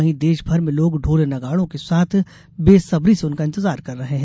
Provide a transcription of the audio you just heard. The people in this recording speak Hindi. वहीं देश भर में लोग ढ़ोल नगाड़ों के साथ बेसब्री से उनका इंतजार कर रहे हैं